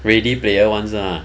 ready player one 是 mah